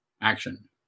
action